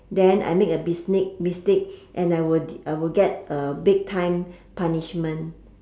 then I make a mistake mistake and I will I will get a big time punishment